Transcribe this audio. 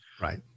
Right